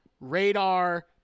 radar